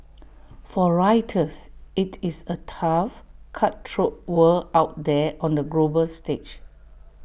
for writers IT is A tough cutthroat world out there on the global stage